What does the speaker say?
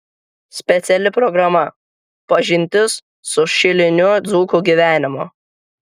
speciali programa pažintis su šilinių dzūkų gyvenimu